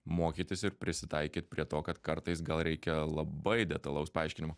mokytis ir prisitaikyt prie to kad kartais gal reikia labai detalaus paaiškinimo